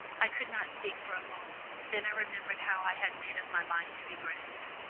i could not speak for a moment. then i remembered how i had made up my mind to be brave.